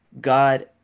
God